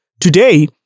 Today